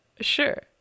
sure